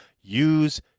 use